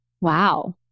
wow